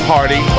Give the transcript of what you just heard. Party